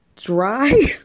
Dry